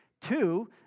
Two